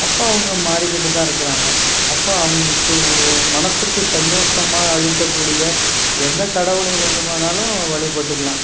அப்போ அவங்க மாறிக்கிட்டு தான் இருக்கிறாங்க அப்போ அவங்களுக்கு ஓ மனசுக்கு சந்தோசமாக அளிக்கக்கூடிய எந்த கடவுளை வேண்டுமானாலும் வழிபட்டுக்கலாம்